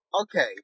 okay